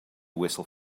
whistle